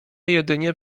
jedynie